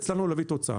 הצלחנו להביא תוצאה.